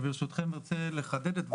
ברשותכם, אני רוצה לחדד את הדברים.